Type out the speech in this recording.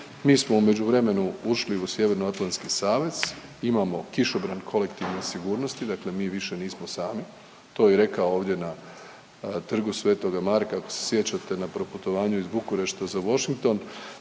Mi smo u međuvremenu ušli u Sjevernoatlantski savez, imamo kišobran kolektivne sigurnosti, dakle mi više nismo sami, to je i rekao ovdje na Trgu sv. Marka, ako se sjećate, na proputovanju iz Bukurešta za Washington,